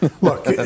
Look